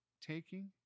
taking